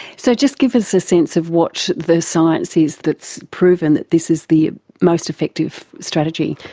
so just give us a sense of what the science is that's proven that this is the most effective strategy.